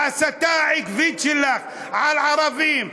ההסתה העקבית שלך על ערבים,